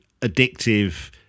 addictive